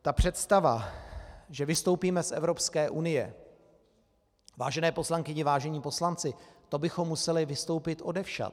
Ta představa, že vystoupíme z Evropské unie, vážené poslankyně, vážení poslanci, to bychom museli vystoupit odevšad.